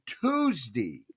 tuesday